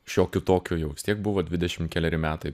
šiokiu tokiu jau vis tiek buvo dvidešim keleri metai